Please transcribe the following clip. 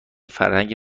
فرهنگ